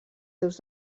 seus